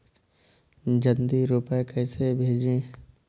जल्दी रूपए कैसे भेजें?